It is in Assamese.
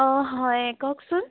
অঁ হয় কওকচোন